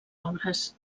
obres